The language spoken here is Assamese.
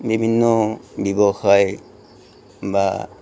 বিভিন্ন ব্যৱসায় বা